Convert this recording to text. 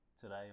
today